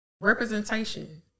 representation